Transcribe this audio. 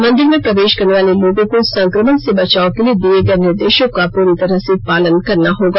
मंदिर में प्रवेश करने वाले लोग हीं संक्रमण से बचाव के लिए दिए गए निर्देशों का पुरी तरह से पालन करना होगा